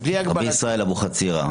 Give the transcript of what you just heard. רבי ישראל אבוחצירא,